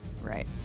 Right